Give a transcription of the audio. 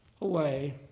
away